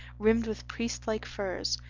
rimmed with priest-like firs,